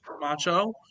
Macho